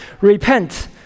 Repent